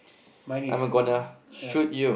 mine is um yeah